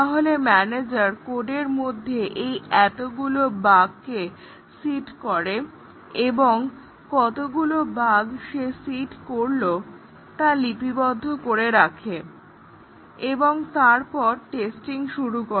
তাহলে ম্যানেজার কোডের মধ্যে এই এতগুলো বাগকে সিড করে এবং কতগুলি বাগ্ সে সিড করেছে তা লিপিবদ্ধ করে রাখে এবং তারপর টেস্টিং শুরু হয়